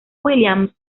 williams